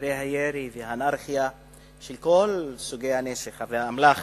מקרי הירי והאנרכיה של כל סוגי הנשק והאמל"ח